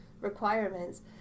requirements